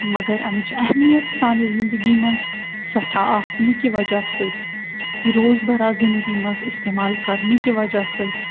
مگر اَمِچ اہمیت سانہِ زنٛدگی منٛز سٮ۪ٹھاہ آسنہٕ کہِ وجہ سۭتۍ یہِ روز براہ زِنٛدگی منٛز استعمال کَرنٕکہِ وجہ سۭتۍ